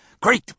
great